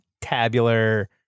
tabular